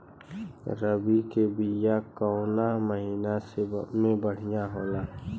रबी के बिया कवना महीना मे बढ़ियां होला?